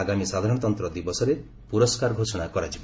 ଆଗାମୀ ସାଧାରଣତନ୍ତ୍ର ଦିବସରେ ପୁରସ୍କାର ଘୋଷଣା କରାଯିବ